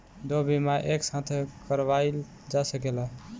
दो बीमा एक साथ करवाईल जा सकेला?